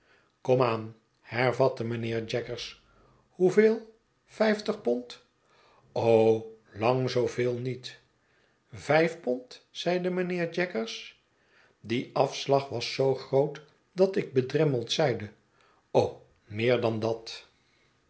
hervatte mijnheer jaggers hoeveel vijftig pond lang zooveel niet vijf pond zeide mijnheer jaggers die afslag was zoo groot dat ik bedremmeld zeide meer dan dat